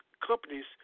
companies